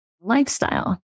lifestyle